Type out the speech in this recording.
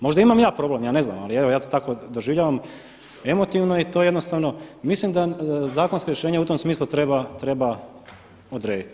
Možda imam ja problem, ja ne znam ali evo ja to tako doživljavam emotivno i to jednostavno mislim da zakonsko rješenje u tome smislu treba odrediti.